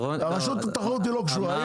הרשות לתחרות היא לא קשורה,